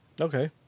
Okay